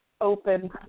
open